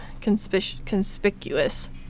conspicuous